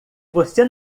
você